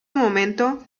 momento